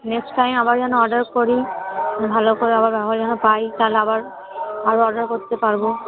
next time আবার যেন order করি ভালো করে আবার ব্যবহার যেন পাই তাহলে আবার আরও অর্ডার করতে পারব